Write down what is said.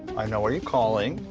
i know why you're calling.